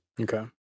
Okay